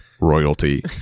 royalty